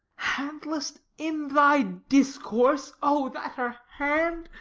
handlest in thy discourse. o, that her hand,